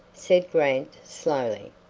said grant, slowly.